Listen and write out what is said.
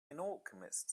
alchemist